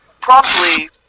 promptly